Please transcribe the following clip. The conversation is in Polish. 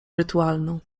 rytualną